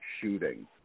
shooting